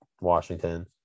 washington